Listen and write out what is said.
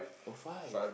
oh five